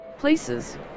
Places